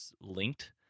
linked